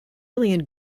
alien